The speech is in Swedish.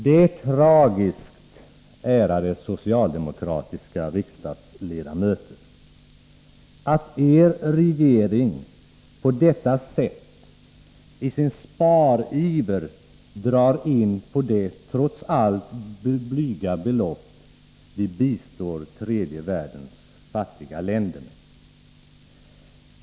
Det är tragiskt, ärade socialdemokratiska riksdagsledamöter, att er regering på detta sätt i sin spariver drar in på det — trots allt blygsamma — belopp som vi bistår tredje världens fattiga länder med.